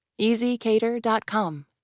EasyCater.com